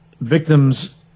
Victims